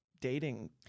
dating